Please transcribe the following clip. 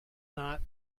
not